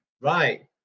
Right